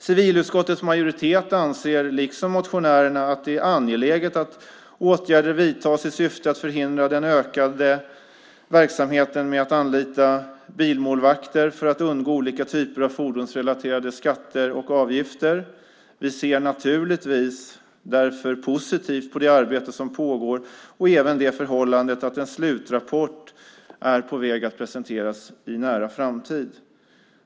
Civilutskottets majoritet anser, liksom motionärerna, att det är angeläget att åtgärder vidtas i syfte att förhindra den ökade verksamheten med att anlita bilmålvakter för att undgå olika typer av fordonsrelaterade skatter och avgifter. Vi ser naturligtvis därför positivt på det arbete som pågår och även det förhållandet att en slutrapport är på väg att presenteras i en nära framtid.